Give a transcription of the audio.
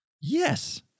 Yes